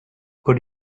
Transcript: could